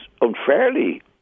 unfairly